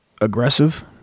aggressive